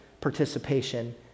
participation